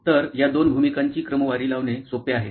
तर या दोन भूमिकांची क्रमवारी लावणे सोपे आहे